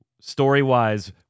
Story-wise